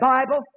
Bible